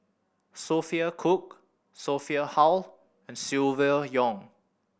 Sophia Cooke Sophia Hull and Silvia Yong